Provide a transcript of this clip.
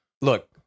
look